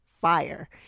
fire